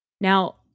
Now